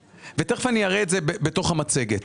תכף אני אראה את זה בתוך המצגת.